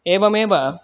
एवमेव